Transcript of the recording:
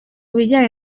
bijyanye